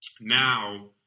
now